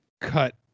cut